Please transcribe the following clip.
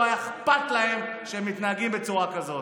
לא היה אכפת להם שהם מתנהגים בצורה כזאת.